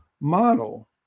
model